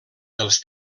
dels